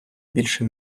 більше